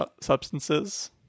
substances